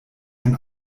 ein